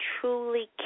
truly